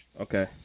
Okay